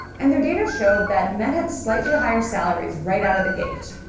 and their data showed that men had slightly higher salaries right out of the gate.